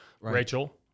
Rachel